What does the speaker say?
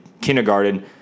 kindergarten